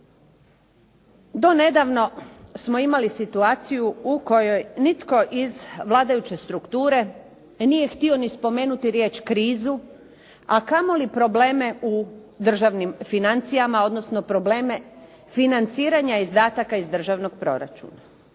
Donedavno smo imali situaciju u kojoj nitko iz vladajuće strukture nije htio ni spomenuti riječ krizu, a kamoli probleme u državnim financijama, odnosno probleme financiranja izdataka iz državnog proračuna.